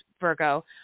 Virgo